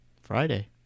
Friday